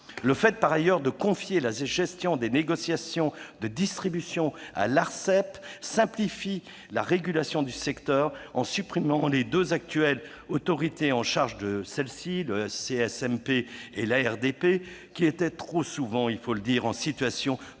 Le fait, par ailleurs, de confier la gestion des négociations de distribution à l'Arcep simplifie la régulation du secteur, en supprimant les deux actuelles autorités en charge de celle-ci, le CSMP et l'ARDP, qui étaient trop souvent, il faut le dire, juges et